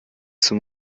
zum